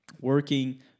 working